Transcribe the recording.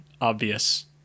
obvious